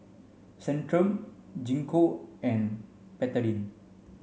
Centrum Gingko and Betadine